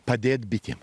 padėt bitėm